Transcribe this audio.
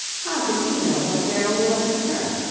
how could he know what gerald was to her?